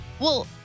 Well-